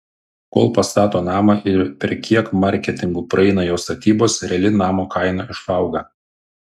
kol pastato namą ir per kiek marketingų praeina jo statybos reali namo kaina išauga